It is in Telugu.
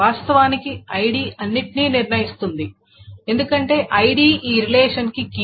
వాస్తవానికి ఐడి అన్నిటినీ నిర్ణయిస్తుంది ఎందుకంటే ఐడి ఈ రిలేషన్ కి కీ